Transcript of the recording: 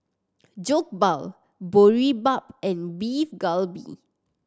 Jokbal Boribap and Beef Galbi